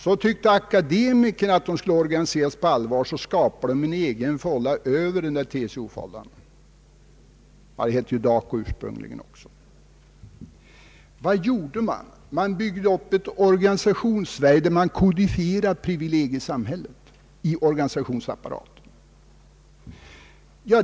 Så tyckte akademikerna att de skulle organiseras på allvar, och de skapade en egen fålla utöver TCO-fållan. Vad skedde? Det byggdes upp ett organisationssverige, där <privilegiesamhället kodifierades i organisationsapparaten.